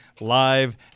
Live